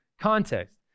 context